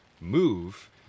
move